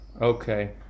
Okay